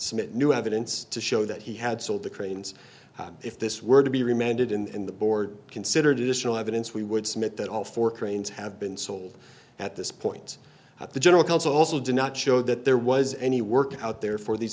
submit new evidence to show that he had sold the cranes if this were to be remanded in the board considered additional evidence we would submit that all four cranes have been sold at this point that the general council also did not show that there was any work out there for these